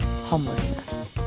Homelessness